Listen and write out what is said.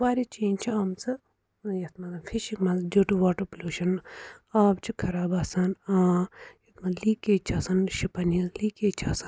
واریاہ چینٛج چھِ آمژٕ یَتھ منٛزَن فِشِنٛگ منٛز ڈِو ٹُو واٹَر پوٚلیوٗشَن آب چھُ خراب آسان یہِ لیٖکیج چھِ آسان شِپَن ہِنٛز لیٖکیج چھِ آسان